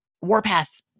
Warpath